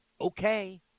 Okay